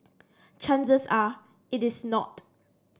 chances are it is not